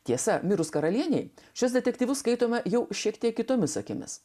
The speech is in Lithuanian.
tiesa mirus karalienei šis detektyvus skaitome jau šiek tiek kitomis akimis